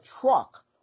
truck